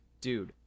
Dude